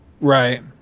right